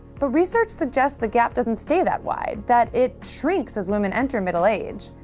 but research suggests the gap doesn't stay that wide that it shrinks as women enter middle age.